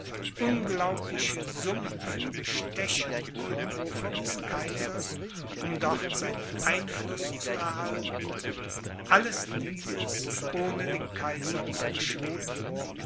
unglaubliche summen für bestechungen am hofe des kaisers um dort seinen einfluß zu erhalten alles dieses ohne den kaiser zu beschweren